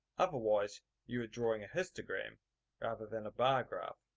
otherwise you are drawing a histogram rather than a bar graph